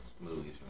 movies